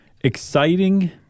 exciting